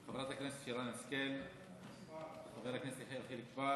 חברת הכנסת שרן השכל, חבר הכנסת יחיאל בר,